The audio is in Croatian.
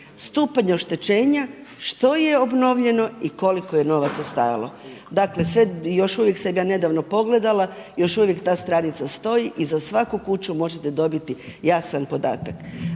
stupanj oštećenja, što je obnovljeno i koliko je novaca stajalo. Dakle, još uvijek, nedavno sam pogledala, još uvijek ta stranica i za svaku kuću možete dobiti jasan podatak.